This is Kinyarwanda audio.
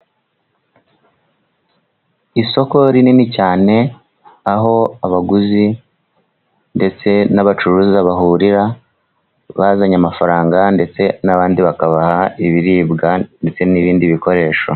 Isoko rinini cyane, aho abaguzi ndetse n'abacuruza bahurira bazanye amafaranga, ndetse n'abandi bakabaha ibiribwa ndetse n'ibindi bikoresho.